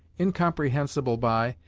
incomprehensible by,